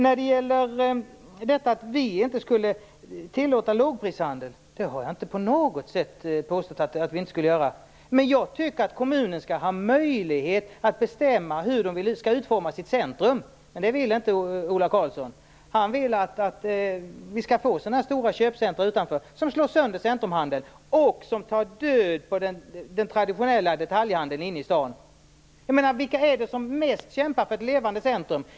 Jag har inte alls sagt att vi inte tillåter lågprishandel. Men jag tycker att kommunen skall ha möjlighet att bestämma hur den skall utforma sitt centrum. Det vill inte Ola Karlsson. Han vill att det skall bli stora köpcentrum utanför staden som slår sönder centrumhandeln och som tar död på den traditionella detaljhandeln inne i staden. Vilka är det som kämpar mest för ett levande centrum?